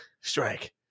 strike